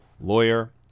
Lawyer